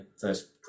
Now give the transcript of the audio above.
first